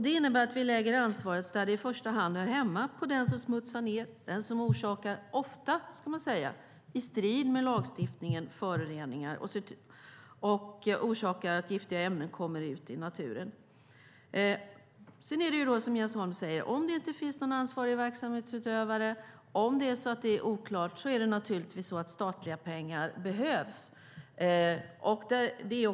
Det innebär att vi lägger ansvaret där det i första hand hör hemma: på dem som smutsar ned, på dem som orsakar att giftiga ämnen och föroreningar kommer ut i naturen, ofta i strid med lagstiftningen. Om det inte finns någon ansvarig verksamhetsutövare eller om det är oklart behövs naturligtvis statliga pengar, som Jens Holm säger.